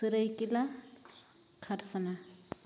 ᱥᱟᱹᱨᱟᱹᱭᱠᱮᱞᱞᱟ ᱠᱷᱟᱨᱥᱟᱣᱟ